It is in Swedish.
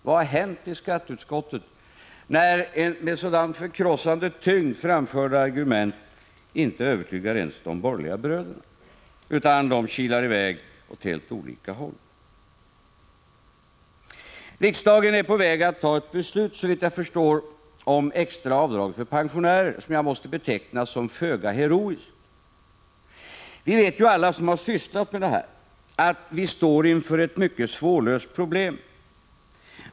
Vad har hänt i skatteutskottet, när med sådan förkrossande tyngd framförda argument inte övertygar ens de borgerliga bröderna, som i stället kilar i väg åt helt olika håll? Såvitt jag förstår är riksdagen på väg att fatta ett beslut om extra avdrag för pensionärer — ett beslut som jag måste beteckna som föga heroiskt. Alla som sysslat med denna fråga vet ju att vi står inför ett mycket svårlöst problem.